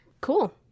Cool